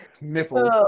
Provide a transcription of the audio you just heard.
Nipples